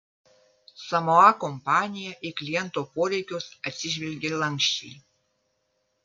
samoa kompanija į kliento poreikius atsižvelgė lanksčiai